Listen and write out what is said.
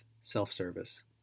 Self-service